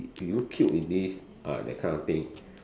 you look cute in this ah that kind of thing